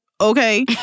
Okay